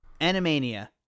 animania